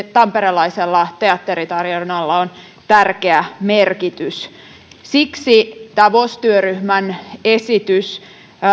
tamperelaisella teatteritarjonnalla on tärkeä merkitys siksi tämä vos työryhmän esitys